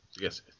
Yes